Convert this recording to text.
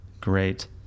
great